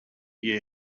year